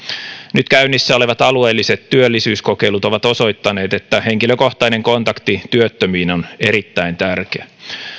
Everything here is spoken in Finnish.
nyt käynnissä olevat alueelliset työllisyyskokeilut ovat osoittaneet että henkilökohtainen kontakti työttömiin on erittäin tärkeä